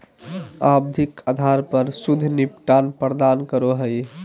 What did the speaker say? आवधिक आधार पर शुद्ध निपटान प्रदान करो हइ